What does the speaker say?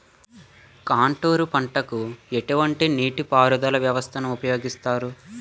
Contour పంటకు ఎటువంటి నీటిపారుదల వ్యవస్థను ఉపయోగిస్తారు?